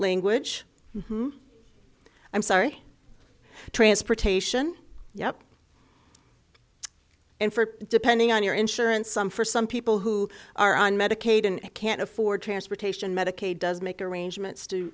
language i'm sorry transportation yup and for depending on your insurance some for some people who are on medicaid and can't afford transportation medicaid does make arrangements to